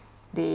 they